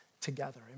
together